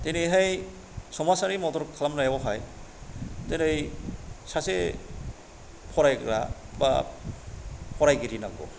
दिनैहाय समाजारि मदद खालामनायावहाय दिनै सासे फरायग्रा एबा फरायगिरि नांगौ